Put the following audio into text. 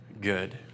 good